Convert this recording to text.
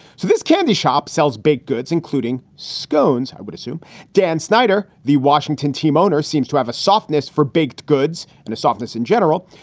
so this candy shop sells baked goods, including scones. i would assume dan snyder, the washington team owner, seems to have a softness for baked goods and a softness in general.